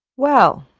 well,